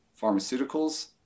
pharmaceuticals